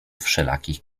wszelakich